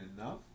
enough